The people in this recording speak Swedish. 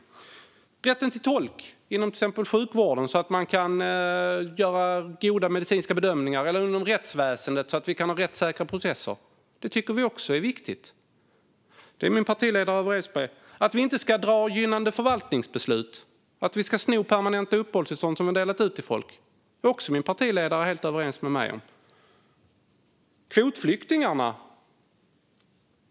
Vi tycker också att det är viktigt med rätten till tolk inom till exempel sjukvården och rättsväsendet, så att man kan göra goda medicinska bedömningar och ha rättssäkra processer. Detta håller min partiledare med om. Vi ska inte dra tillbaka gynnande förvaltningsbeslut och sno permanenta uppehållstillstånd som har delats ut till folk. Även om detta är min partiledare helt överens med mig.